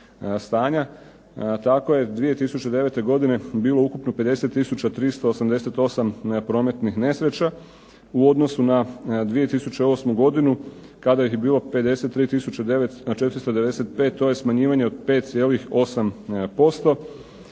Tako je 2009. godini bilo ukupno 50 tisuća 388 prometnih nesreća. U odnosu na 2008. godinu kada ih je bilo 53 tisuće 495. to je smanjivanje od 5,8%